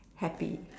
happy